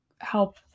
help